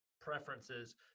preferences